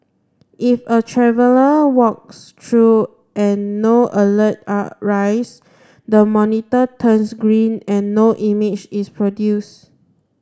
if a traveller walks through and no alerts are raised the monitor turns green and no image is produced